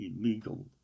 illegal